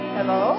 Hello